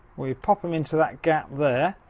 we pop em into that gap there.